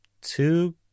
two